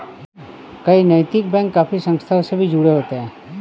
कई नैतिक बैंक काफी संस्थाओं से भी जुड़े होते हैं